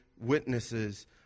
witnesses